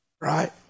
right